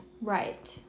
Right